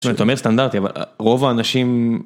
אתה אומר סטנדרטי אבל רוב האנשים.